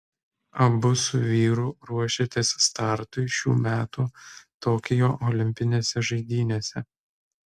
abu su vyru ruošėtės startui šių metų tokijo olimpinėse žaidynėse